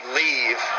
leave